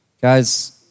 Guys